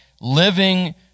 living